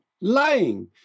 lying